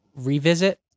revisit